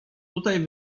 tutaj